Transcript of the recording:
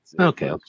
Okay